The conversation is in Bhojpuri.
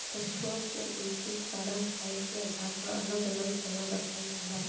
पसुओ को उनके चारा खाए के आधार पर अलग अलग जगह रखल जाला